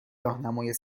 راهنمای